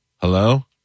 hello